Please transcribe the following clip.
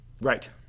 right